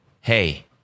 hey